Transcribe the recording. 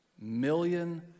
million